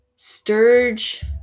Sturge